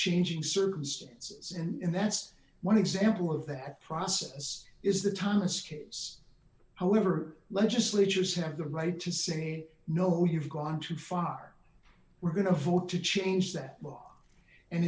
changing circumstances and that's one example of that process is the thomas kids however legislatures have the right to say no you've gone too far we're going to vote to change that